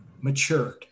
matured